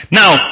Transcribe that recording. now